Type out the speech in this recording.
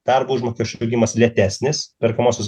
darbo užmokesčio augimas lėtesnis perkamosios